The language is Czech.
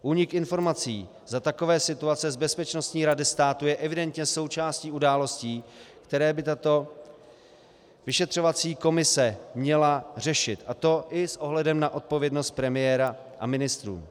Únik informací za takové situace z Bezpečnostní rady státu je evidentně součástí událostí, které by tato vyšetřovací komise měla řešit, a to i s ohledem na odpovědnost premiéra a ministrů.